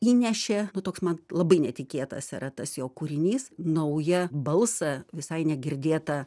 įnešė nu toks man labai netikėtas yra tas jo kūrinys naują balsą visai negirdėtą